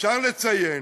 אפשר לציין